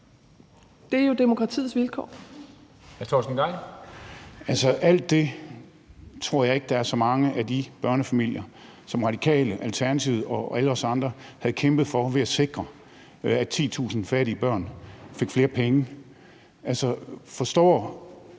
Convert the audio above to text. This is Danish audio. Kl. 13:20 Torsten Gejl (ALT): Altså, alt det tror jeg ikke der er så mange af de børnefamilier, som Radikale, Alternativet og alle os andre har kæmpet for ved at sikre, at 10.000 fattige børn fik flere penge, som forstår.